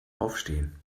aufstehen